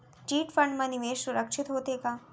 Chit fund मा निवेश सुरक्षित होथे का?